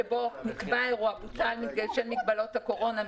שבו נקבע האירוע שבוטל בשל מגבלות הקורונה.